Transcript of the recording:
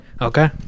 okay